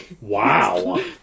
wow